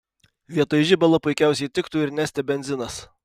vietoj žibalo puikiausiai tiktų ir neste benzinas